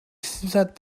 set